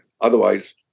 Otherwise